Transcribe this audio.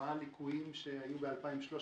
מה הליקויים שהיו ב-2013,